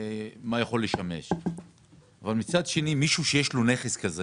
מצד שני, מישהו שיש לו נכס כזה